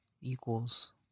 equals